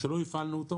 שלא הפעלנו אותו